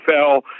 NFL